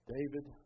David